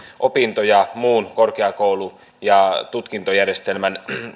opintoja muun korkeakoulu ja tutkintojärjestelmän